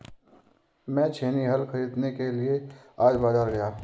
मैं छेनी हल खरीदने के लिए आज बाजार गया